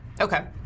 Okay